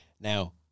Now